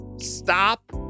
Stop